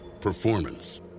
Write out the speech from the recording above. Performance